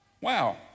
Wow